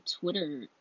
Twitter